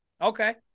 Okay